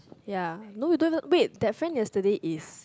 ya no you don't even wait that friend yesterday is